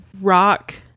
rock